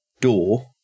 door